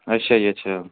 ਅੱਛਾ ਜੀ ਅੱਛਾ